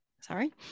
Sorry